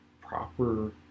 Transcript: proper